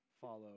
follow